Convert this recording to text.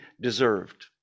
deserved